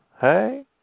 Hey